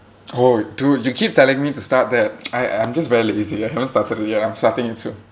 oh dude you keep telling me to start that I I'm just very lazy I haven't started it yet I'm starting it soon